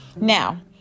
Now